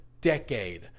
decade